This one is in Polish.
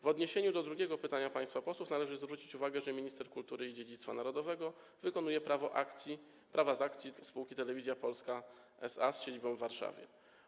W odniesieniu do drugiego pytania państwa posłów należy zwrócić uwagę, że minister kultury i dziedzictwa narodowego wykonuje prawa z akcji spółki Telewizja Polska SA z siedzibą w Warszawie.